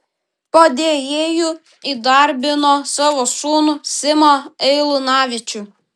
padėjėju įdarbino savo sūnų simą eilunavičių